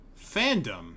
Fandom